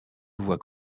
voit